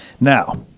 Now